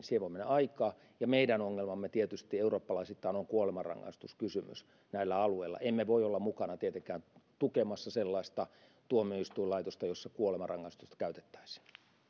siihen voi mennä aikaa ja meidän ongelmamme tietysti eurooppalaisittain on kuolemanrangaistuskysymys näillä alueilla emme voi olla mukana tietenkään tukemassa sellaista tuomioistuinlaitosta jossa kuolemanrangaistusta käytettäisiin